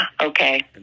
Okay